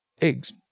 eggs